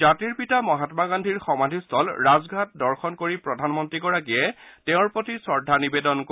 জাতিৰ পিতা মহাম্মা গান্ধীৰ সমাধিস্থল ৰাজঘাট দৰ্শন কৰি প্ৰধানমন্ত্ৰী গৰাকীয়ে তেওঁৰ প্ৰতি শ্ৰদ্ধা নিবেদন কৰিব